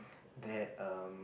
that um